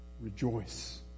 rejoice